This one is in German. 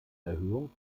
erhöhung